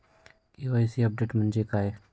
KYC update म्हणजे काय?